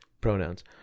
pronouns